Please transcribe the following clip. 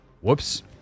Whoops